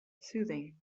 soothing